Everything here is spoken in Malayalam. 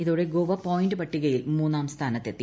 ഇതോടെ ഗോവ പോയിന്റ് പട്ടികയിൽ മൂന്നാം സ്ഥാന്ത്തെത്തി